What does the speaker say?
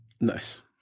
Nice